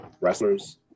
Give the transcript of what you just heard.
wrestlers